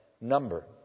number